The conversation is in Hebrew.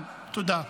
תודה.